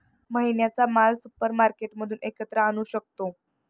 महिन्याचा माल सुपरमार्केटमधून एकत्र आणू शकतो